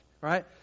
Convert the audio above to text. right